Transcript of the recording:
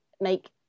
make